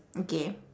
okay